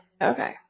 Okay